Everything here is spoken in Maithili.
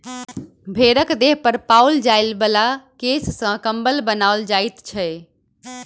भेंड़क देह पर पाओल जाय बला केश सॅ कम्बल बनाओल जाइत छै